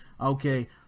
Okay